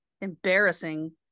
embarrassing